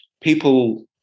people